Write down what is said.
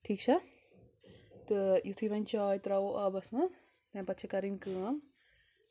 ٹھیٖک چھا تہٕ یُتھٕے وۄنۍ چاے تراوَو آبَس منٛز اَمہِ پَتہٕ چھےٚ کَرٕنۍ کٲم